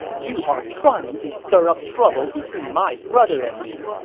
you are trying to stir up trouble between my brother and me.